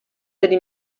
delle